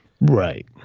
right